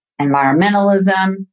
environmentalism